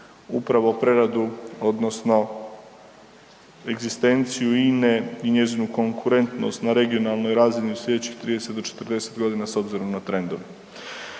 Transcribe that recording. upravo preradu odnosno egzistenciju INA-e i njezinu konkurentnost na regionalnoj razini u slijedećih 30 do 40.g. s obzirom na trendove.